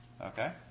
Okay